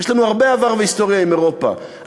יש לנו עבר והיסטוריה באירופה,